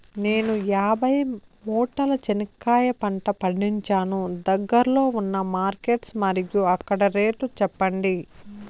నేను యాభై మూటల చెనక్కాయ పంట పండించాను దగ్గర్లో ఉన్న మార్కెట్స్ మరియు అక్కడ రేట్లు చెప్పండి?